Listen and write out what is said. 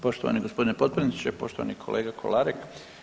Poštovani gospodine potpredsjedniče, poštovani kolega Kolarek.